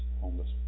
homeless